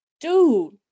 Dude